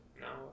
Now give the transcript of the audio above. No